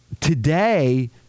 today